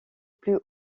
plus